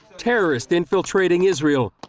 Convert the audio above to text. terrorists infiltrating israel.